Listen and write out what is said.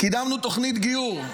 קידמנו תוכנית גיור.